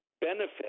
benefit